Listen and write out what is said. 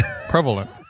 Prevalent